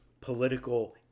political